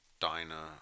diner